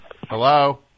Hello